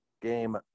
game